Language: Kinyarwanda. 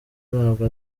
ntabwo